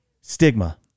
stigma